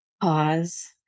pause